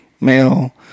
male